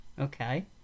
Okay